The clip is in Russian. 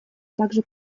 также